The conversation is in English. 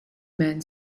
men